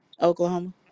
Oklahoma